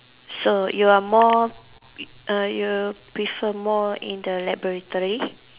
so you are more uh you prefer more in the laboratory